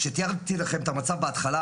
שתיארתי לכם את המצב בהתחלה,